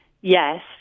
Yes